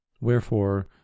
wherefore